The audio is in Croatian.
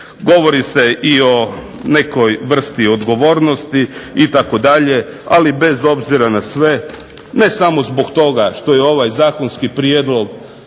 Govori se o nekoj vrsti odgovornosti itd., ali bez obzira na sve ne samo zbog toga što je ovaj zakonski prijedlog